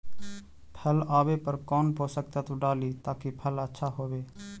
फल आबे पर कौन पोषक तत्ब डाली ताकि फल आछा होबे?